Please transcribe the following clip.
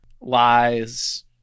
lies